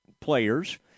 players